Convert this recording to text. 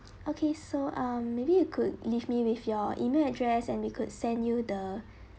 okay so um maybe you could leave me with your email address and we could send you the